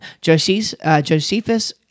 Josephus